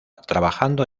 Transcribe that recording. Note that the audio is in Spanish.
trabajando